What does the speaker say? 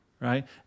right